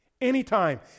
Anytime